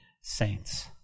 saints